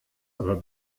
aber